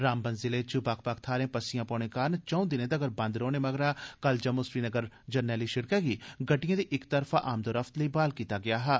रामबन जिले च बक्ख बक्ख थाहरें पस्सियां पौने कारण चौं दिनें तगर बंद रौह्ने मगरा कल जम्मू श्रीनगर जरनैली सिड़कै गी गड्डियें दी इक तरफा आमदोरफ्त लेई ब्हाल कीता गेआ हा